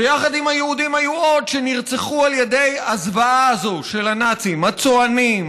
ויחד עם היהודים היו עוד שנרצחו על ידי הזוועה הזאת של הנאצים: הצוענים,